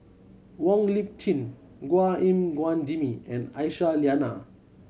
Wong Lip Chin Chua Gim Guan Jimmy and Aisyah Lyana